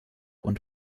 und